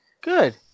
Good